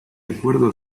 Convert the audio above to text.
acuerdo